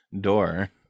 door